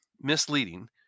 misleading